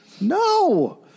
No